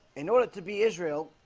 in order to be israel